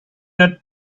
not